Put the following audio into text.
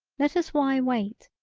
let us why weight,